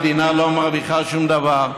המדינה לא מרוויחה שום דבר,